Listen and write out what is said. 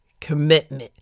commitment